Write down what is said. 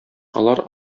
алар